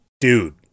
dude